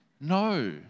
No